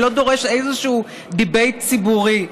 הוא לא דורש איזשהו דיבייט ציבורי.